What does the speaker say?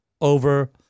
over